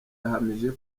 yahamije